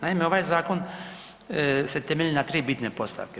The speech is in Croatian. Naime, ovaj zakon se temelji na 3 bitne postavke.